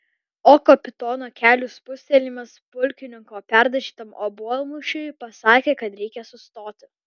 o kapitono kelių spustelėjimas pulkininko perdažytam obuolmušiui pasakė kad reikia sustoti